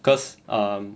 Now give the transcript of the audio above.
cause um